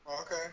Okay